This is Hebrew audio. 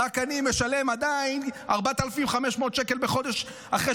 רק אני משלם עדיין 4,500 שקל בחודש אחרי